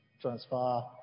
transfer